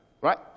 Right